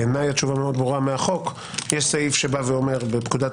בעיניי התשובה ברורה מהחוק יש סעיף שאומר בפקודת